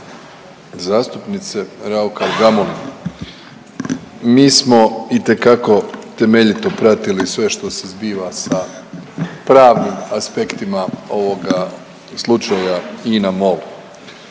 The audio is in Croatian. zastupnice RAukar Gamulin. Mi smo itekako temeljito pratili sve što se zbiva sa pravnim aspektima ovoga slučaja Ina-Mol.